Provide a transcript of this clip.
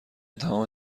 تمام